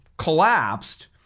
Collapsed